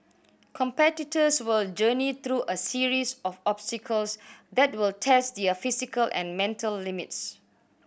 competitors will journey through a series of obstacles that will test their physical and mental limits